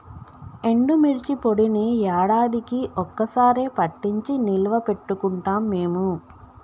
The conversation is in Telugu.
ఎండుమిర్చి పొడిని యాడాదికీ ఒక్క సారె పట్టించి నిల్వ పెట్టుకుంటాం మేము